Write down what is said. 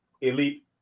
elite